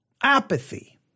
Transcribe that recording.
apathy